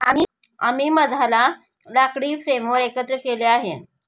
आम्ही मधाला लाकडी फ्रेमवर एकत्र केले आहे